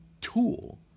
tool